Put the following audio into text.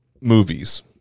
Movies